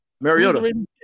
Mariota